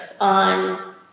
on